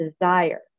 desire